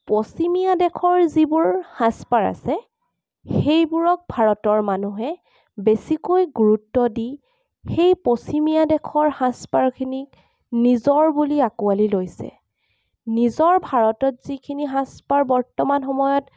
পশ্চিমীয়া দেশৰ যিবোৰ সাজপাৰ আছে সেইবোৰক ভাৰতৰ মানুহে বেছিকৈ গুৰুত্ব দি সেই পশ্চিমীয়া দেশৰ সাজপাৰখিনি নিজৰ বুলি আকোৱালী লৈছে নিজৰ ভাৰতত যিখিনি সাজপাৰ বৰ্তমান সময়ত